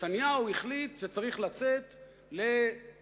נתניהו החליט שצריך לצאת לדו-קרב,